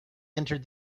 entered